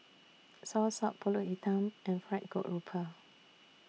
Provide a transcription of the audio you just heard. Soursop Pulut Hitam and Fried Grouper